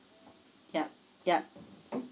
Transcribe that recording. yup yup